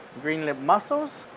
green lipped muscles,